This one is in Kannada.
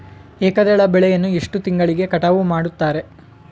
ಏಕದಳ ಬೆಳೆಯನ್ನು ಎಷ್ಟು ತಿಂಗಳಿಗೆ ಕಟಾವು ಮಾಡುತ್ತಾರೆ?